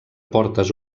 portes